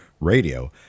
Radio